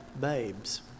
babes